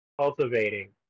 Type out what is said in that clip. cultivating